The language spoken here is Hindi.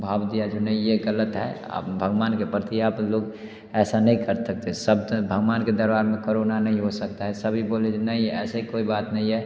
भाव दिया जो नहीं ये गलत है अब भगवान के प्रति आप लोग ऐसा नहीं कर सकते सब भगवान के दरबार में करोना नहीं हो सकता है सभी बोले कि नहीं ऐसे कोई बात नहीं है